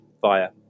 via